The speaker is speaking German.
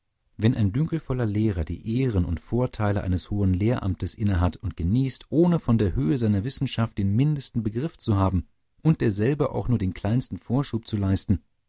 wenn ein dünkelvoller lehrer die ehren und vorteile eines hohen lehramtes innehat und genießt ohne von der höhe seiner wissenschaft den mindesten begriff zu haben und derselben auch nur den kleinsten vorschub zu leisten